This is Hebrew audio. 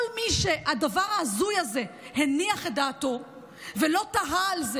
כל מי שהדבר ההזוי הזה הניח את דעתו ולא תהה על זה